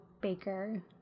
baker